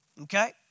okay